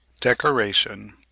DECORATION